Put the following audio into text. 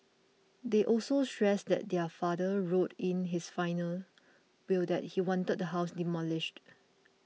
they also stressed that their father wrote in his final will that he wanted the house demolished